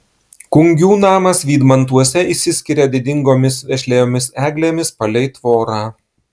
kungių namas vydmantuose išsiskiria didingomis vešliomis eglėmis palei tvorą